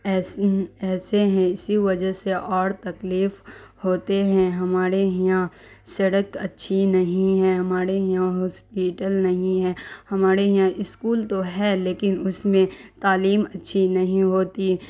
ایسے ہی ایسے ہیں اسی وجہ سےاور تکلیف ہوتے ہیں ہمارے یہاں سڑک اچھی نہیں ہیں ہمارے یہاں ہاسپیٹل نہیں ہے ہمارے یہاں اسکول تو ہے لیکن اس میں تعلیم اچھی نہیں ہوتی